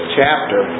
chapter